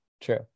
true